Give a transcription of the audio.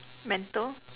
mental